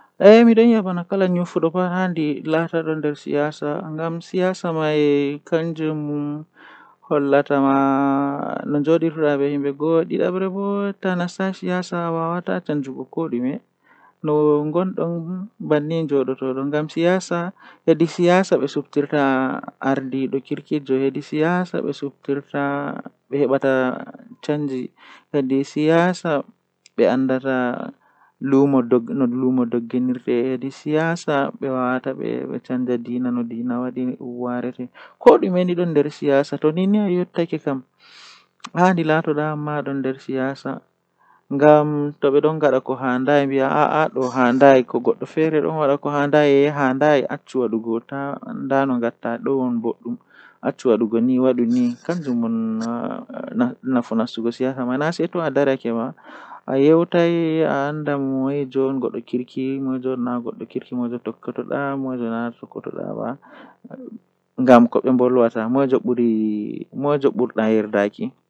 Ehh mi wawi lanyugo keke wakkati mi ekiti lanyugo keke bo wakkati man duubi am jweetati yahugo sappo nden hoosi am asawweje didi nyalde sappo e nay bako mi wawa dum jungo am benda. Masin.